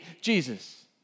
Jesus